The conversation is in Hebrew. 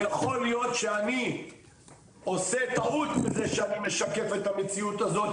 ויכול להיות שאני עושה טעות בזה שאני משקף את המציאות הזאת,